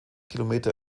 kilometer